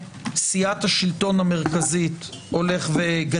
בלי קשר לשאלה מה יאפשר החוק ומה לא